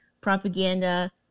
propaganda